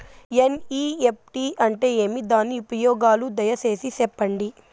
NEFT అంటే ఏమి? దాని ఉపయోగాలు దయసేసి సెప్పండి?